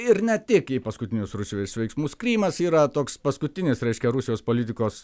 ir ne tik į paskutinius rusijos veiksmus krymas yra toks paskutinis reiškia rusijos politikos